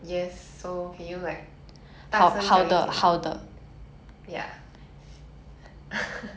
ya so what's another useless invention or what about best invention